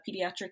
pediatric